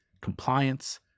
compliance